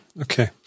Okay